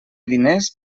diners